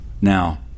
Now